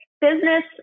business